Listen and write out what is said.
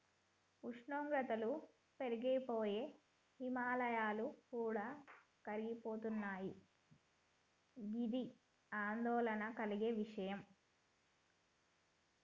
ఉష్ణోగ్రతలు పెరిగి పోయి హిమాయాలు కూడా కరిగిపోతున్నయి గిది ఆందోళన కలిగే విషయం